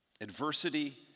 Adversity